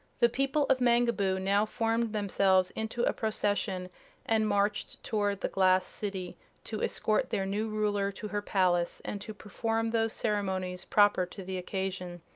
the people of mangaboo now formed themselves into a procession and marched toward the glass city to escort their new ruler to her palace and to perform those ceremonies proper to the occasion.